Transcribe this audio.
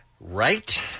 Right